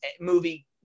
movie